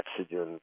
oxygen